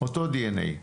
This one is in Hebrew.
אותו די-אן-איי.